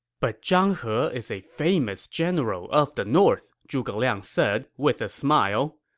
but zhang he is a famous general of the north, zhuge liang said with a smile.